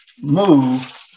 move